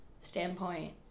standpoint